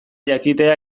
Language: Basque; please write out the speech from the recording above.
jakitea